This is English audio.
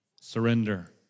Surrender